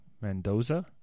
Mendoza